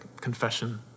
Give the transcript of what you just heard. confession